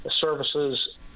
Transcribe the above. services